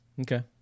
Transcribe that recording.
Okay